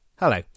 Hello